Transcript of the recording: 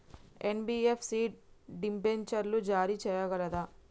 NBFC డిబెంచర్లు జారీ చేయగలదా?